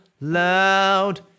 loud